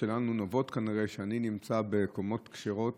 שלנו נובעות כנראה מכך שאני נמצא בקומות כשרות